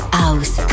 house